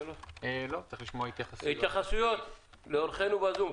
יש התייחסויות של אורחינו בזום?